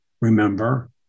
remember